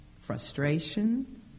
frustration